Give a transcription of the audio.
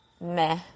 meh